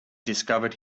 discovered